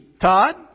Todd